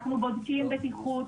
אנחנו בודקים בטיחות,